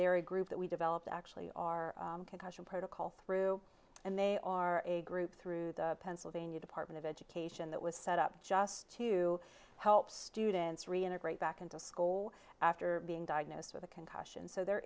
there are a group that we developed actually our concussion protocol through and they are a group through the pennsylvania department of education that was set up just to help students reintegrate back into school after being diagnosed with a concussion so there